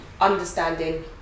understanding